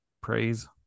praise